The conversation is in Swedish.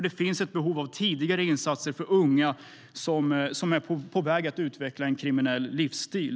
Det finns ett behov av tidigare insatser för unga som är på väg att utveckla en kriminell livsstil.